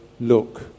look